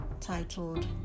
titled